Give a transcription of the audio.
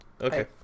Okay